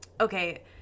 Okay